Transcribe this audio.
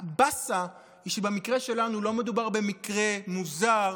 הבאסה היא שבמקרה שלנו לא מדובר במקרה מוזר